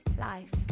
life